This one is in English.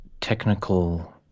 technical